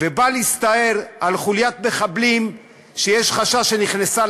ובא להסתער על חוליית מחבלים שיש חשש שנכנסה